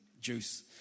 juice